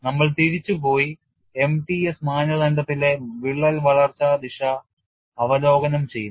നമ്മൾ തിരിച്ചുപോയി MTS മാനദണ്ഡത്തിലെ വിള്ളൽ വളർച്ചാ ദിശ അവലോകനം ചെയ്യും